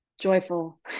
joyful